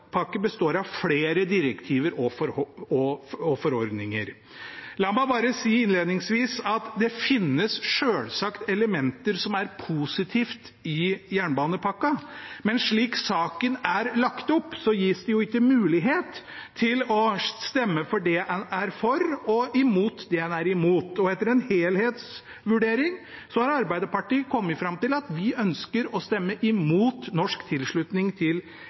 består av flere direktiver og forordninger. La meg bare si innledningsvis at det finnes selvsagt elementer som er positive i jernbanepakka, men slik saken er lagt opp, gis det jo ikke mulighet til å stemme for det en er for, og imot det en er imot. Etter en helhetsvurdering har Arbeiderpartiet kommet fram til at vi ønsker å stemme imot norsk tilslutning til